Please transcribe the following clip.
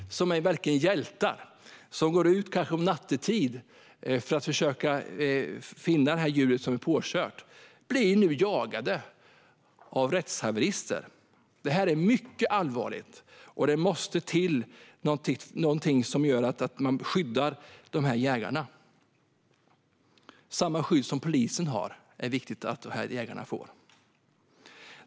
De är verkligen hjältar, som kanske går ut nattetid för att försöka finna ett påkört djur, och de blir nu jagade av rättshaverister. Detta är mycket allvarligt, och det måste till någonting som gör att dessa jägare skyddas. Det är viktigt att de får samma skydd som polisen har.